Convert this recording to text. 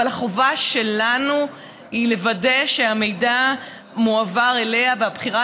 אבל החובה שלנו היא לוודא שהמידע מועבר אליה והבחירה